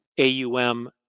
AUM